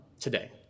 today